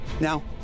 Now